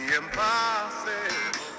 impossible